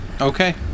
Okay